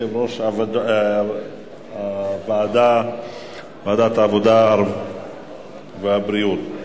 יושב-ראש ועדת העבודה, הרווחה והבריאות.